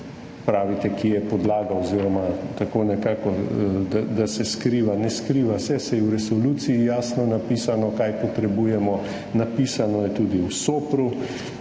Pravite, kje je podlaga oziroma tako nekako, da se skriva. Ne skriva se, saj je v resoluciji jasno napisano, kaj potrebujemo, napisano je tudi v SOPR.